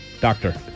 Doctor